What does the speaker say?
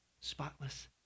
spotless